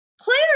players